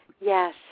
Yes